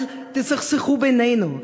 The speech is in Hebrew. אל תסכסכו בינינו,